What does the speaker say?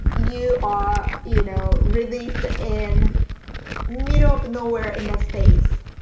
you are, you know, released in middle of nowhere in this space,